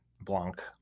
Blanc